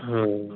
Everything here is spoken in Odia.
ହୁଁ